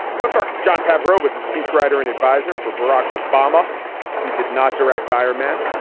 but first, jon favreau was a speechwriter and adviser for barack obama who did not direct ironmen.